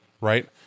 right